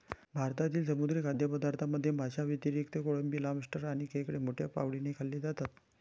भारतातील समुद्री खाद्यपदार्थांमध्ये माशांव्यतिरिक्त कोळंबी, लॉबस्टर आणि खेकडे मोठ्या आवडीने खाल्ले जातात